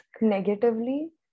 negatively